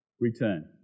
return